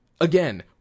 again